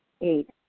Eight